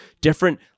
different